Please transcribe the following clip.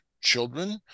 children